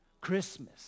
Christmas